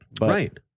Right